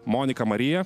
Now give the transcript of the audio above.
monika marija